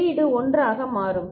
வெளியீடு 1 ஆக மாறும்